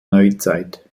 neuzeit